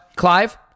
Clive